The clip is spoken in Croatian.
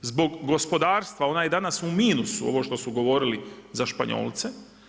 Zbog gospodarstva ona je danas u minusu ovo što su govorili za Španjolce.